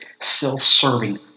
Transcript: self-serving